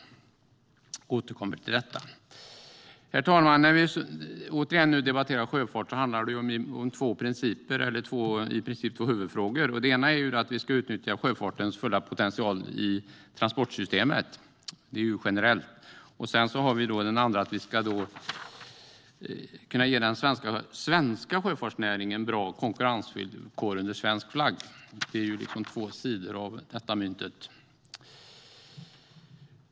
Jag återkommer till detta. Herr talman! När vi nu återigen debatterar sjöfart handlar det om två huvudfrågor. Den ena är att vi ska utnyttja sjöfartens fulla potential i transportsystemet. Det är generellt. Den andra är att vi ska kunna ge den svenska sjöfartsnäringen bra konkurrensvillkor under svensk flagg. Det är två sidor av samma mynt.